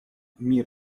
мир